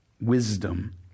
wisdom